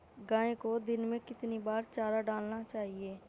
गाय को दिन में कितनी बार चारा डालना चाहिए?